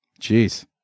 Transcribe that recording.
Jeez